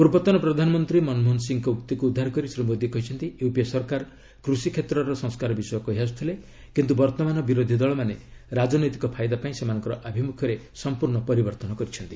ପୂର୍ବତନ ପ୍ରଧାନମନ୍ତ୍ରୀ ମନମୋହନ ସିଂହଙ୍କ ଉକ୍ତିକୁ ଉଦ୍ଧାର କରି ଶ୍ରୀ ମୋଦୀ କହିଛନ୍ତି ୟୁପିଏ ସରକାର କୃଷି କ୍ଷେତ୍ରର ସଂସ୍କାର ବିଷୟ କହି ଆସୁଥିଲେ କିନ୍ତୁ ବର୍ତ୍ତମାନ ବିରୋଧୀ ଦଳମାନେ ରାଜନୈତିକ ଫାଇଦା ପାଇଁ ସେମାନଙ୍କର ଆଭିମୁଖ୍ୟରେ ସମ୍ପୂର୍ଣ୍ଣ ପରିବର୍ତ୍ତନ କରିଛନ୍ତି